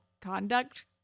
conduct